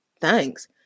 thanks